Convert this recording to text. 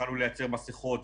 התחלנו לייצר מסכות,